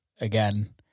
again